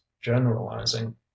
generalizing